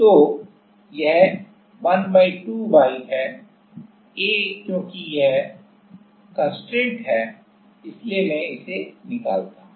तो यह 1 2 y है A क्योंकि यह बाध्यता है इसलिए मैं इसे निकालता हूं